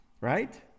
right